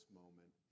moment